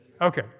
Okay